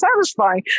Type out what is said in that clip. satisfying